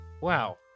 Wow